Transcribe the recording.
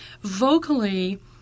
Vocally